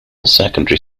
secondary